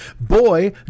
boy